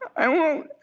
i won't.